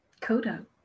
Kodo